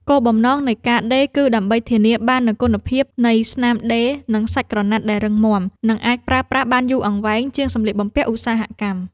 គោលបំណងនៃការដេរគឺដើម្បីធានាបាននូវគុណភាពនៃស្នាមដេរ និងសាច់ក្រណាត់ដែលរឹងមាំ និងអាចប្រើប្រាស់បានយូរអង្វែងជាងសម្លៀកបំពាក់ឧស្សាហកម្ម។